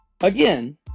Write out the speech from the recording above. Again